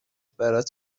برات